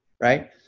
right